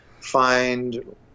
find